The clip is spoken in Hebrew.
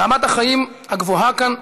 רמת החיים הגבוהה כאן,